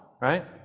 right